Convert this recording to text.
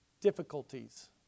difficulties